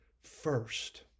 first